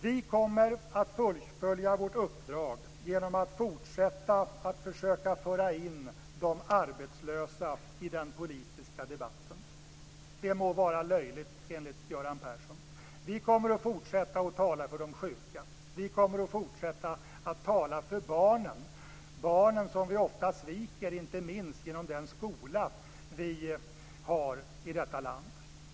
Vi kommer att fullfölja vårt uppdrag genom att fortsätta att försöka föra in de arbetslösa i den politiska debatten. Det må vara löjligt enligt Göran Persson. Vi kommer att fortsätta att tala för de sjuka. Vi kommer att fortsätta att tala för barnen, som vi ofta sviker - inte minst genom den skola som vi har i detta land.